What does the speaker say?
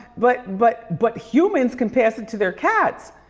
but but but humans can pass it to their cats.